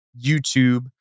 YouTube